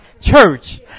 church